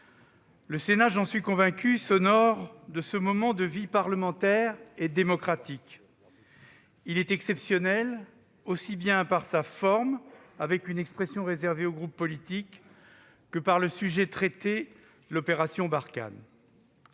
Le Sénat- j'en suis convaincu -s'honore de ce moment de vie parlementaire et démocratique. Il est exceptionnel, aussi bien par sa forme, qui prévoit un temps d'expression réservé aux groupes politiques, que par le sujet traité, l'opération Barkhane.